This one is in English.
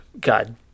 God